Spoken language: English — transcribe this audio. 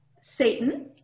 satan